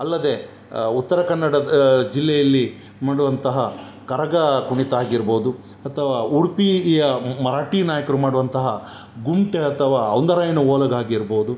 ಅಲ್ಲದೇ ಉತ್ತರ ಕನ್ನಡದ ಜಿಲ್ಲೆಯಲ್ಲಿ ಮಾಡುವಂತಹ ಕರಗ ಕುಣಿತ ಆಗಿರ್ಬೋದು ಅಥವಾ ಉಡುಪಿಯ ಮರಾಠಿ ನಾಯಕ್ರು ಮಾಡುವಂತಹ ಗುಮ್ಮಟಿ ಅಥವಾ ಔಂದರಾಯನ ಓಲಗ ಆಗಿರ್ಬೋದು